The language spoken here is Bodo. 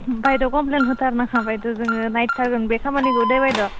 बायद' कमप्लेन होथार नाङा बायद' जोङो नायथारगोन बे खामानिखौ दे बायद'